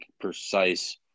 precise